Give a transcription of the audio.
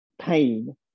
pain